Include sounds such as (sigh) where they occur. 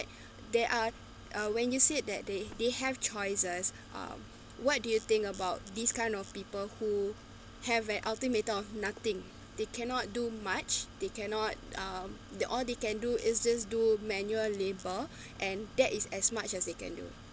there are uh when you said that they they have choices um what do you think about this kind of people who have an ultimatum of nothing they cannot do much they cannot um they all they can do is just do manual labor (breath) and that is as much as they can do